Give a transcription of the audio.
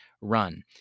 run